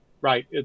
right